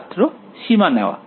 ছাত্র সীমা নেওয়া